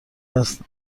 است